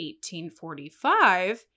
1845